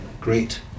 Great